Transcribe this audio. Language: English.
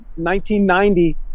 1990